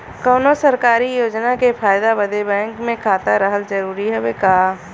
कौनो सरकारी योजना के फायदा बदे बैंक मे खाता रहल जरूरी हवे का?